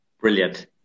Brilliant